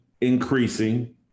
increasing